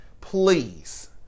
Please